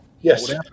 Yes